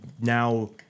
now